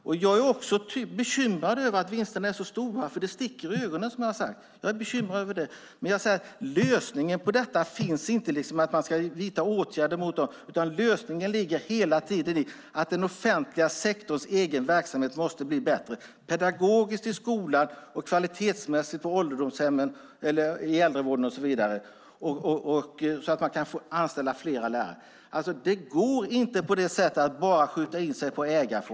Också jag är bekymrad över de stora vinsterna, för sådant sticker, som sagt, i ögonen på folk. Men lösningen finns inte i att vidta åtgärder mot vinsterna, utan lösningen ligger hela tiden i att den offentliga sektorns egen verksamhet måste bli bättre såväl pedagogiskt i skolan som kvalitetsmässigt i äldrevården och så vidare. Fler lärare behöver kunna anställas. Det går inte att bara skjuta in sig på ägarformen.